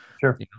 Sure